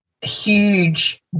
huge